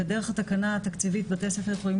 ודרך התקנה התקציבית בתי הספר יכולים